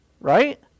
Right